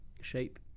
shape